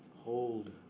Hold